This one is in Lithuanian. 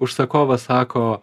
užsakovas sako